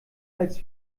als